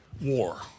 war